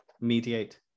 Mediate